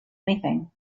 anything